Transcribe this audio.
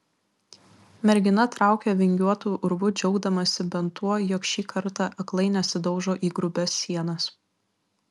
mergina traukė vingiuotu urvu džiaugdamasi bent tuo jog šį kartą aklai nesidaužo į grubias sienas